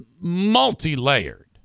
multi-layered